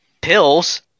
pills